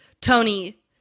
tony